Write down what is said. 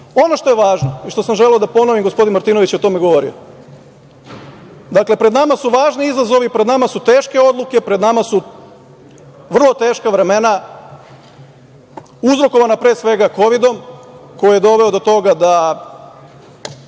što je važno i što sam želeo da ponovim, gospodin Martinović je o tome govorio, dakle, pred nama su važni izazovi, pred nama su teške odluke, pred nama su vrlo teška vremena uzrokovana, pre svega, Kovidom koji je doveo do toga da